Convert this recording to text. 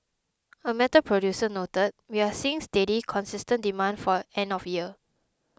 a metal producer noted we are seeing steady consistent demand for end of year